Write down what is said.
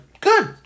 good